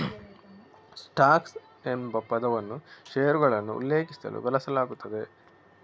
stocks ಎಂಬ ಪದವನ್ನು ಷೇರುಗಳನ್ನು ಉಲ್ಲೇಖಿಸಲು ಬಳಸಲಾಗುತ್ತದೆ